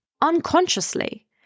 unconsciously